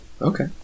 okay